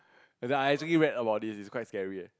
cause I thinking back about this is quite scary eh